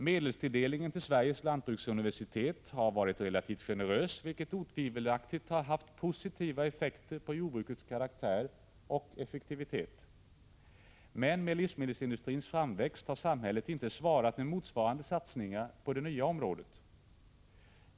Medelstilldelningen till Sveriges lantbruksuniversitet har varit relativt generös, vilket otvivelaktigt har haft positiva effekter på jordbrukets karaktär och effektivitet. Men med livsmedelsindustrins framväxt har samhället inte svarat med motsvarande satsningar på det nya området.